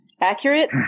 accurate